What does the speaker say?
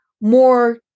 more